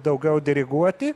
daugiau diriguoti